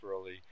early